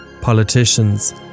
Politicians